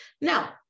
Now